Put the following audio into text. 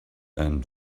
and